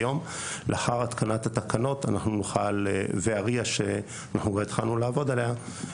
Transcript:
לאחר התקנת התקנות וה-RIA שכבר התחלנו לעבוד עליה,